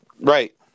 Right